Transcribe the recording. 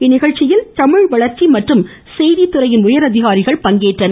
இந்நிகழ்ச்சியில் தமிழ் வளர்ச்சி மற்றும் செய்தி துறையின் உயரதிகாரிகள் பங்கேற்றனர்